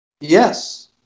Yes